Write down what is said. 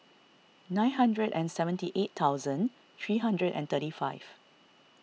nine hundred and seventy eight thousand three hundred and thirty five